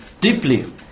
deeply